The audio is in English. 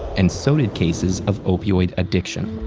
and so did cases of opioid addiction,